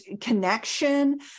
connection